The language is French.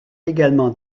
également